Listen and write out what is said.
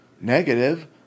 negative